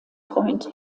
freund